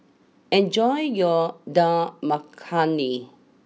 enjoy your Dal Makhani